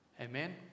Amen